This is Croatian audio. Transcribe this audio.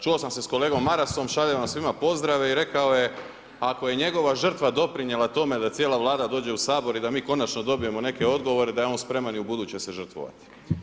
Čuo sam se s kolegom Marasom, šalje vam svima pozdrave i rekao je, ako je njegova žrtva doprinijela tome da cijela vlada dođe u Sabor i da mi konačno dobijemo i neke odgovore, da je on spreman i ubuduće se žrtvovati.